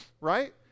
right